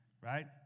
right